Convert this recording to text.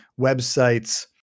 websites